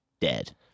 dead